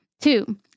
Two